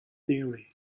theory